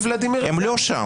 הם לא שם.